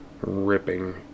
ripping